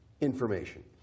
information